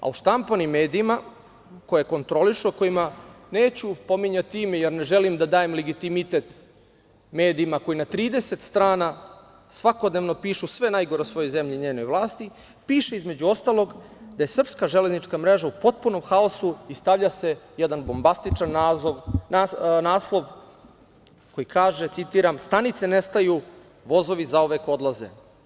U štampanim medijima koje kontrolišu, kojima neću pominjati ime jer ne želim da dajem legitimitet medijima koji na 30 strana svakodnevno piše sve najgore o svojoj zemlji i njenoj vlasti, piše između ostalog da je srpska železnička mreža u potpunom haosu i stavlja se jedan bombastičan naslov, koji kaže „Stanice nestaju, vozovi zauvek odlaze“